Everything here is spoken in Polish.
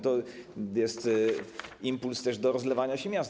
To jest impuls też do rozlewania się miast.